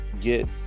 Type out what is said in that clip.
get